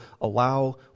allow